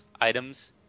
items